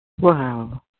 Wow